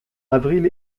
avril